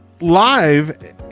live